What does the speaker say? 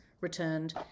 returned